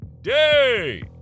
Day